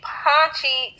punchy